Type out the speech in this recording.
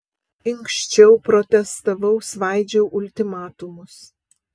inkščiau protestavau svaidžiau ultimatumus